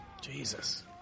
Jesus